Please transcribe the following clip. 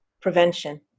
prevention